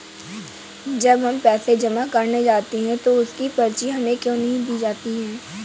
जब हम पैसे जमा करने जाते हैं तो उसकी पर्ची हमें क्यो नहीं दी जाती है?